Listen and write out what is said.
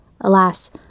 Alas